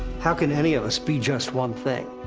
how can any of us be just one thing?